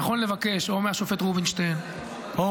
נכון לבקש מהשופט רובינשטיין או,